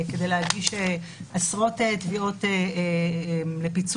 כדי להגיש עשרות תביעות לפיצוי,